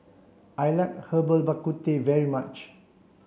I like Herbal Bak Ku Teh very much